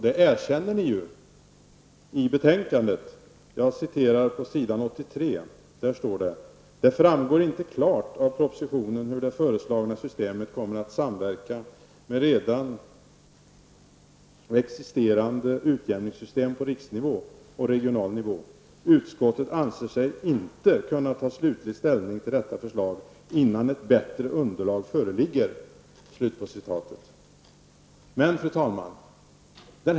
Det erkänner ni ju i betänkandet. Det står på s. 83: ''-- det framgår inte klart av propositionen hur det föreslagna systemet kommer att samverka med de redan existerande utjämningssystem på riksnivå och regional nivå. Utskottet anser sig inte kunna ta slutlig ställning till detta förslag innan ett bättre underlag föreligger.'' Fru talman!